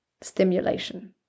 stimulation